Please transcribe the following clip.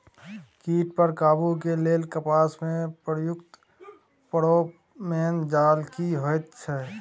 कीट पर काबू के लेल कपास में प्रयुक्त फेरोमोन जाल की होयत छै?